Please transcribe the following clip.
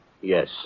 Yes